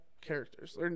characters